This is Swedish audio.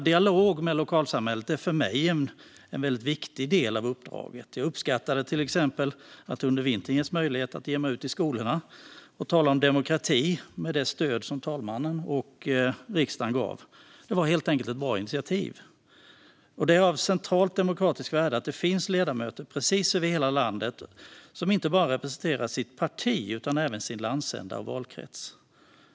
Dialogen med lokalsamhället är för mig en väldigt viktig del av uppdraget. Jag uppskattade till exempel möjligheten att under vintern ge mig ut i skolorna och tala om demokrati med det stöd som talmannen och riksdagen gav att göra så. Det var helt enkelt ett bra initiativ. Det är av centralt demokratiskt värde att det finns ledamöter över precis hela landet som inte bara representerar sitt parti utan även sin landsända och valkrets.